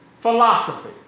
philosophy